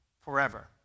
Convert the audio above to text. forever